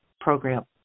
program